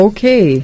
Okay